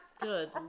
Good